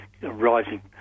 rising